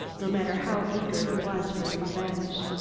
no matter how eager he was for revenge.